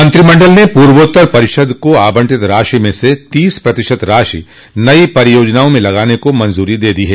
मंत्रिमण्डल ने पूर्वोत्तर परिषद को आवंटित राशि में से तीस प्रतिशत राशि नई परियोजनाओं में लगाने को मंजूरी दे दी है